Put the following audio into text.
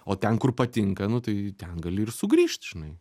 o ten kur patinka nu tai ten gali ir sugrįžt žinai